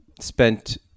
spent